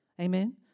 Amen